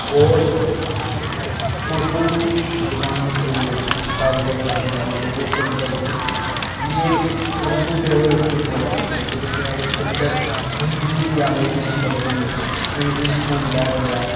اور اردو زبان سے تعلق رکھنے والے لوگوں کے اندر بھی یہ اردو پیور اردو بولا کرتے تھے لیکن اب اس کے اندر ہندی کی آمیزش کر دی انگلش کو ملا دیا